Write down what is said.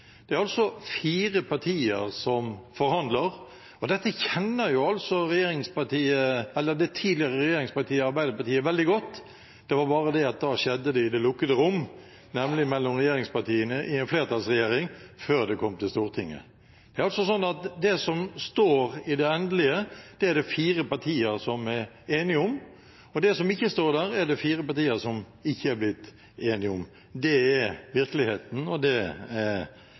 er altså fire partier som forhandler, og dette kjenner jo det tidligere regjeringspartiet Arbeiderpartiet veldig godt. Det var bare at det da skjedde i lukkede rom, nemlig mellom regjeringspartiene i en flertallsregjering, før det kom til Stortinget. Det er altså sånn at det som står i det endelige, er det fire partier som er enige om, og det som ikke står der, er det fire partier som ikke er blitt enige om. Det er virkeligheten, og det er